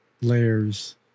layers